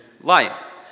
life